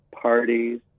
parties